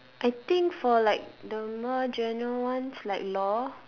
I think for like the more general ones like law